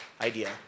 idea